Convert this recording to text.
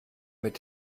mit